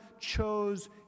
chose